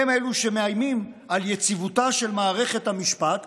הם שמאיימים על יציבותה של מערכת המשפט,